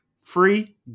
free